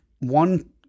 One